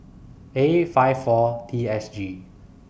A five four T S G